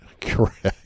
Correct